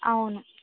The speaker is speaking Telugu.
అవును